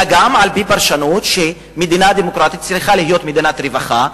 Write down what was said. אלא גם על-פי פרשנות שמדינה דמוקרטית צריכה להיות מדינת רווחה,